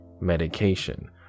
medication